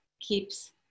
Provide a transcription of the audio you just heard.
keeps